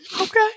okay